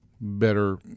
better